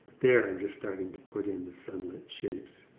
there, i'm just starting to put in the sunlit shapes.